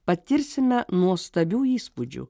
patirsime nuostabių įspūdžių